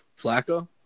Flacco